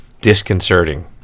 disconcerting